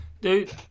Dude